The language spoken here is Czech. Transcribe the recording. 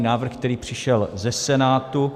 Návrh, který přišel ze Senátu.